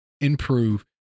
improve